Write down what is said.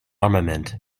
armament